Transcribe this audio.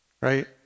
Right